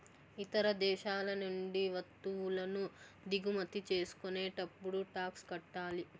ఇతర దేశాల నుండి వత్తువులను దిగుమతి చేసుకునేటప్పుడు టాక్స్ కట్టాలి